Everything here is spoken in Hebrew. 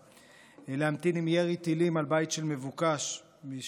להמתין עם ירי טילים על בית של מבוקש משום שהיו שם